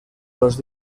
los